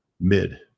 mid